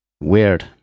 Weird